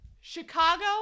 Chicago